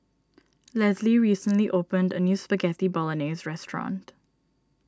Lesli recently opened a new Spaghetti Bolognese restaurant